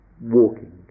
walking